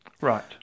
right